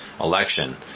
election